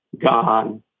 gone